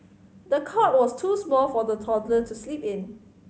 the cot was too small for the toddler to sleep in